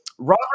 Robert